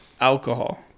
alcohol